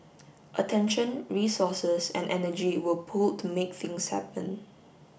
attention resources and energy were pooled to make things happen